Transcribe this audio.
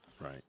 Right